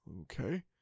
okay